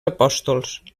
apòstols